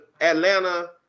Atlanta